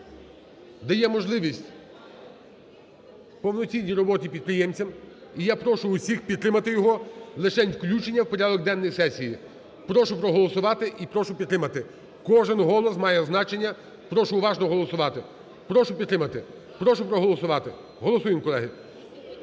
дає можливість повноцінній роботі підприємцям. І я прошу усіх підтримати його лишень включення в порядок денний сесії. Прошу проголосувати і прошу підтримати. Кожен голос має значення, прошу уважно голосувати. Прошу підтримати. Прошу проголосувати. Голосуємо, колеги.